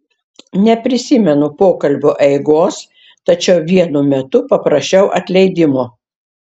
neprisimenu pokalbio eigos tačiau vienu metu paprašiau atleidimo